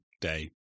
day